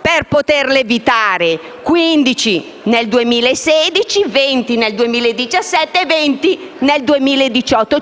per poterle evitare: 15 nel 2016, 20 nel 2017 e 20 nel 2018.